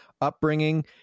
upbringing